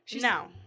now